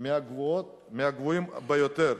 מהגבוהים ביותר.